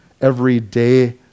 everyday